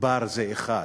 "בר" זה אחד,